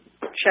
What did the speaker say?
check